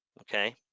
okay